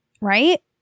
Right